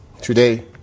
today